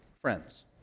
friends